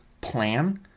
plan